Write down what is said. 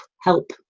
help